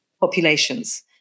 populations